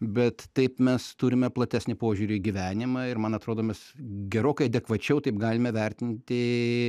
bet taip mes turime platesnį požiūrį į gyvenimą ir man atrodo mes gerokai adekvačiau taip galime vertinti